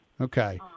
Okay